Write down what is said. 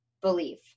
belief